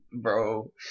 Bro